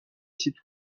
site